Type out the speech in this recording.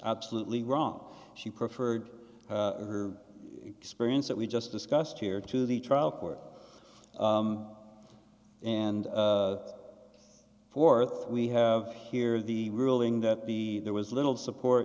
absolutely wrong she preferred her experience that we just discussed here to the trial court and forth we have here the ruling that the there was little support